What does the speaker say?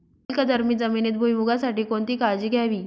अल्कधर्मी जमिनीत भुईमूगासाठी कोणती काळजी घ्यावी?